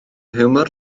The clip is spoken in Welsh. hiwmor